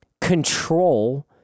control